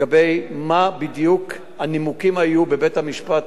מה בדיוק הנימוקים שהיו בבית-המשפט,